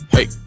Hey